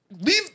leave